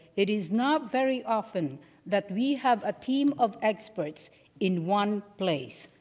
it is not very often that we have a team of experts in one place.